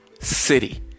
City